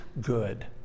good